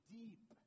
deep